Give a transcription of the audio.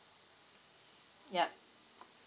yup